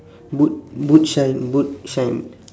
boot boot shine boot shine